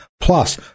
plus